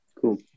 Cool